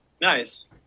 Nice